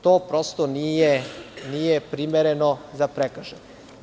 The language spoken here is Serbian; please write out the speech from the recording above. To prosto nije primereno za prekršaj.